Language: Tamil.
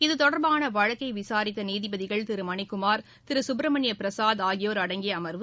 இது தொடர்பான வழக்கை விசாரித்த நீதிபதிகள் திரு மணிக்குமார் திரு சுப்ரமணிய பிரசாத் ஆகியோர் அடங்கிய அம்வு